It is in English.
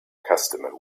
customer